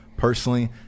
Personally